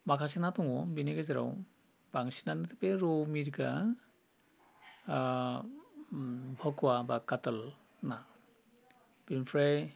माखासे ना दङ बेनि गेजेराव बांसिनानो रौ मिरगा बखुवा बा काथल ना बिनिफ्राय